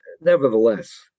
Nevertheless